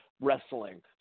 wrestling